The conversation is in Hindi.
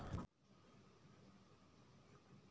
हम अपना खाता ऑनलाइन कैसे खुलवा सकते हैं?